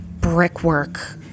brickwork